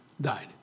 died